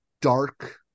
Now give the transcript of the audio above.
dark